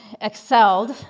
excelled